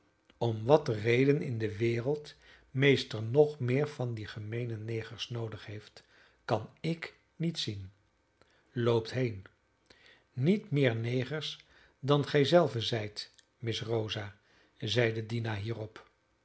om wat reden in de wereld meester nog meer van die gemeene negers noodig heeft kan ik niet zien loopt heen niet meer negers dan gij zelven zijt miss rosa zeide dina hierop